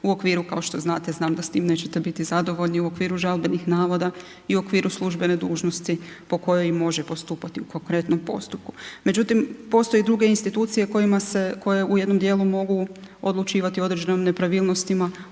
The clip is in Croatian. u okviru kao što znate znam da s time nećete biti zadovoljni u okviru žalbenih navoda i u okviru službene dužnosti po kojoj i može postupati u konkretnom postupku. Međutim, postoje i druge institucije koje u jednom dijelu mogu odlučivati o određenim nepravilnostima